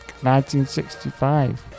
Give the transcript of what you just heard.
1965